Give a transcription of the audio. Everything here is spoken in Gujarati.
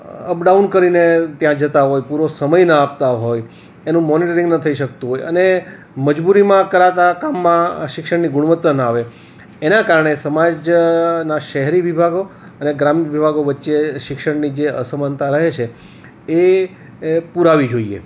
અપ ડાઉન કરીને ત્યાં જતાં હોય પૂરો સમય ન આપતા હોય એનું મોનિટરિન ન થઈ શકતું હોય અને મજબૂરીમાં કરાતાં કામમાં શિક્ષણની ગુણવતા ન આવે એનાં કારણે સમાજના શહેરી વિભાગો અને ગ્રામ્ય વિભાગો વચ્ચે શિક્ષણની જે અસમાનતા રહે છે એ પુરાવી જોઈએ